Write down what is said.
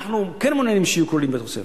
אנחנו כן מעוניינים שהם יהיו כלולים בתוספת.